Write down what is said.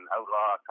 Outlaw